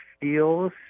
feels